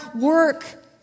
work